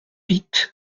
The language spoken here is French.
vite